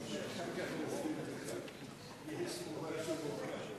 ונאמרים פה דברי טעם.